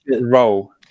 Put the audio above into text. roll